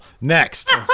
Next